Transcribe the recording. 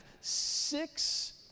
six